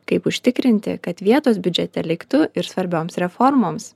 kaip užtikrinti kad vietos biudžete liktų ir svarbioms reformoms